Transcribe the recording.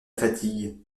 fatigue